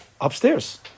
upstairs